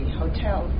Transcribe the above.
hotel